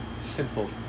Simple